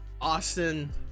Austin